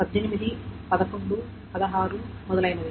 18 11 16 మొదలైనవి